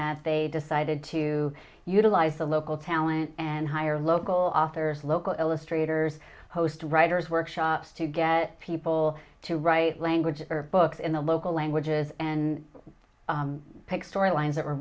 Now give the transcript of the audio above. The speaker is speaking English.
that they decided to utilize the local talent and hire local authors local illustrators host writers workshops to get people to write languages or books in the local languages and